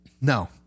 No